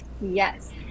yes